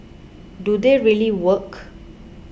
do they really work